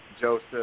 Joseph